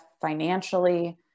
financially